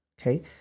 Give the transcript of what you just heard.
Okay